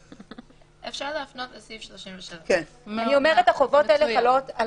אפשר להפנות לסעיף 37. החובות האלה חלות על